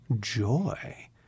joy